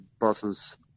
buses